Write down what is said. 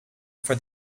for